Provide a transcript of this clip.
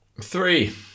Three